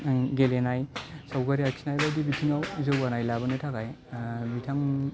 गेलेनाय सावगारि आखिनाय बायदि बिथिङाव जौगानाय लाबोनो थाखाय बिथां